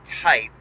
type